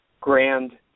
grand